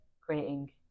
creating